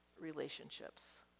relationships